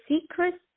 secrets